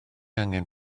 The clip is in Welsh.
angen